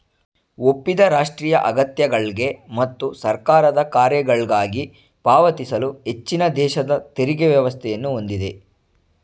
ಒಪ್ಪಿದ ರಾಷ್ಟ್ರೀಯ ಅಗತ್ಯಗಳ್ಗೆ ಮತ್ತು ಸರ್ಕಾರದ ಕಾರ್ಯಗಳ್ಗಾಗಿ ಪಾವತಿಸಲು ಹೆಚ್ಚಿನದೇಶದ ತೆರಿಗೆ ವ್ಯವಸ್ಥೆಯನ್ನ ಹೊಂದಿದೆ